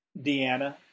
Deanna